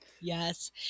Yes